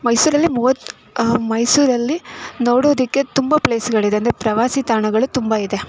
ಮೈಸೂರಲ್ಲಿ ಮೂವತ್ತು ಮೈಸೂರಲ್ಲಿ ನೋಡೋದಕ್ಕೆ ತುಂಬ ಪ್ಲೇಸ್ಗಳಿದೆ ಅಂದರೆ ಪ್ರವಾಸಿ ತಾಣಗಳು ತುಂಬ ಇದೆ